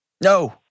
No